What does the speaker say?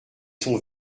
son